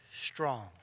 strong